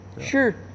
Sure